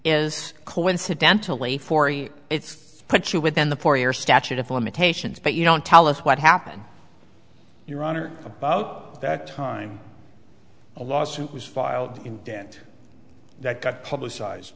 is coincidentally for you it's put you within the four year statute of limitations but you don't tell us what happened your honor about that time a lawsuit was filed in dent that got publicize